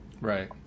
Right